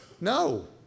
No